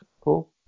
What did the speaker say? Cool